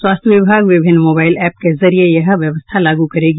स्वास्थ्य विभाग विभिन्न मोबाइल एप के जरिये यह व्यवस्था लागू करेगी